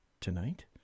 tonight